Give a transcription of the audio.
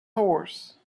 horse